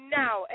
now